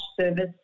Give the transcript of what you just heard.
service